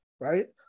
right